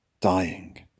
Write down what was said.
Dying